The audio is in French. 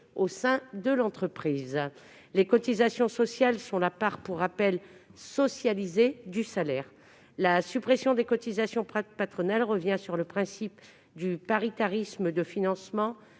au sein de l'entreprise. Les cotisations sociales sont la part socialisée du salaire. La suppression des cotisations patronales revient sur le principe du paritarisme de financement